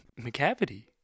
McCavity